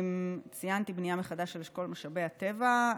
ציינתי בנייה מחדש של אשכול משאבי הטבע,